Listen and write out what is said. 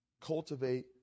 Cultivate